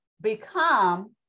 become